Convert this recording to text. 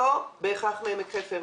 לא בהכרח מעמק חפר.